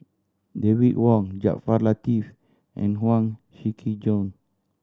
David Wong Jaafar Latiff and Huang Shiqi Joan